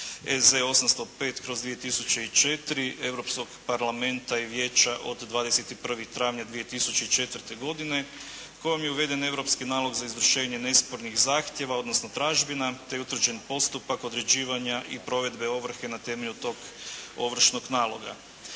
E.Z. 805/2004 Europskog parlamenta i vijeća od 21. travnja 2004. godine kojom je uveden europski nalog za izvršenje nespornih zakona, odnosno tražbina te je utvrđen postupak određivanja i provedbe ovrhe na temelju tog ovršnog naloga.